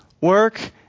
work